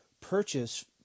purchase